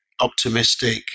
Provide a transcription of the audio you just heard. Optimistic